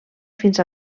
fins